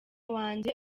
wanjye